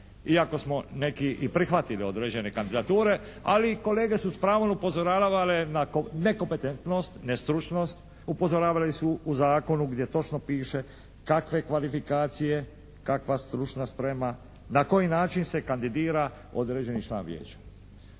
iako smo neki i prihvatili određene kandidature. Ali i kolege su s pravom upozoravale na nekompetentnost, nestručnost, upozoravali su u zakonu gdje točno piše kakve kvalifikacije? Kakva stručna sprema? Na koji način se kandidira određeni član Vijeća?